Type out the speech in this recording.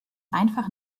einfach